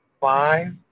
Five